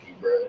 bro